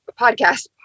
podcast